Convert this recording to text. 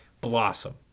blossom